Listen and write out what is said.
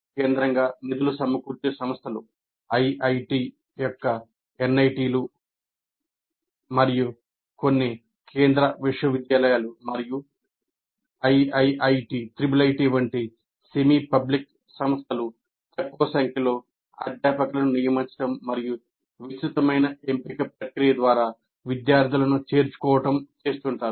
కేంద్రంగా నిధులు సమకూర్చే సంస్థలు IIT యొక్క NIT లు మరియు కొన్ని కేంద్ర విశ్వవిద్యాలయాలు మరియు IIIT వంటి సెమీ పబ్లిక్ సంస్థలు తక్కువ సంఖ్యలో అధ్యాపకులను నియమించడం మరియు విస్తృతమైన ఎంపిక ప్రక్రియ ద్వారా విద్యార్థులను చేర్చుకోవడం చేస్తుంటారు